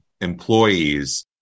employees